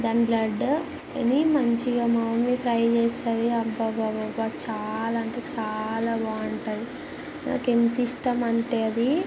దాని బ్లడ్ కొని మంచిగా ఫ్రై చేస్తుంది అంతా గడ్డలు గడ్డలుగా చాలా అంటే చాలా బాగుంటుంది నాకెంత ఇష్టం అంటే అది